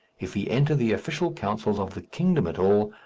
if he enter the official councils of the kingdom at all,